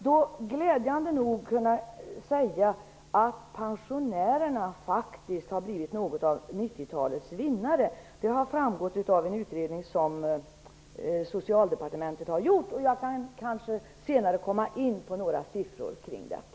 Jag kan glädjande nog säga att pensionärerna faktiskt har blivit något av 90-talets vinnare. Det har framgått av en utredning som Socialdepartementet har gjort. Jag kan kanske senare komma in på några siffror om detta.